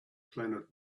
planet